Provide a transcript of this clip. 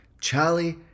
charlie